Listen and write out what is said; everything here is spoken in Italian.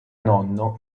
nonno